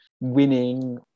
winning